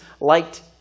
liked